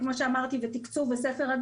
כזכור לך,